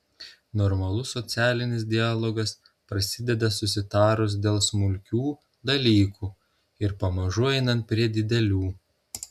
normalus socialinis dialogas prasideda susitarus dėl smulkių dalykų ir pamažu einant prie didelių